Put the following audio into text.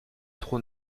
trop